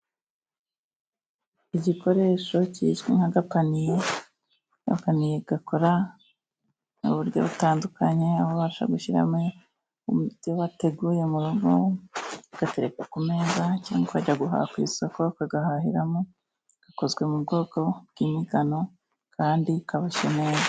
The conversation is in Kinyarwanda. Igikoresho kizwi nk'agapaniye, agapaniye gakora mu buryo butandukanye aho ubasha gushyiramo ibyo bateguye mu rugo mugatereka ku meza cyangwa ukajya guhaha ku isoko ukagahahiramo gakozwe mu bwoko bw'imigano kandi kaboshye neza.